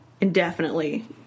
Indefinitely